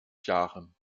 jahren